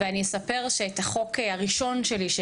אני גם אספר שאת החוק הראשון שלי,